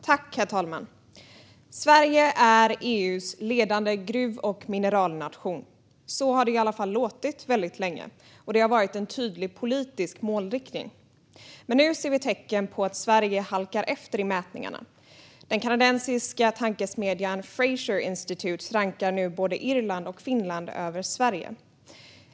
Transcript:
Herr talman! Sverige är EU:s ledande gruv och mineralnation. Så har det i alla fall låtit väldigt länge. Det har varit en tydlig politisk målsättning. Nu ser vi dock tecken på att Sverige halkar efter i mätningarna. Den kanadensiska tankesmedjan Fraser Institute rankar nu både Irland och Finland högre än Sverige.